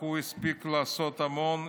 אך הוא הספיק לעשות המון.